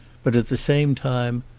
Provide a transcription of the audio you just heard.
but at the same time,